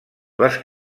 les